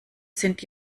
sind